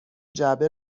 جعبه